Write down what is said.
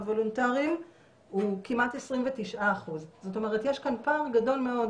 הוולונטריים הוא כמעט 29%. יש כאן פער גדול מאוד